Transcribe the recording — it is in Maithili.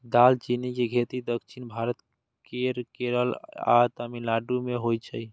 दालचीनी के खेती दक्षिण भारत केर केरल आ तमिलनाडु मे होइ छै